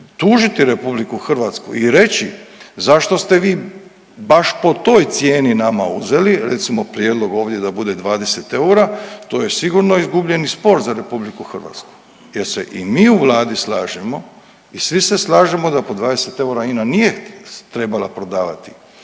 tužiti RH i reći zašto ste vi baš po toj cijeni nama uzeli, recimo prijedlog ovdje da bude 20 eura, to je sigurno izgubljeni spor za RH jer se i mi u Vladi slažemo i svi se slažemo da po 20 eura INA nije trebala prodavati